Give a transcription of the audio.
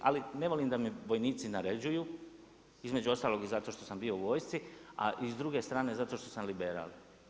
Ali ne volim da mi vojnici naređuju između ostalog i zato što sam bio u vojsci, a i s druge strane zato što sam liberal.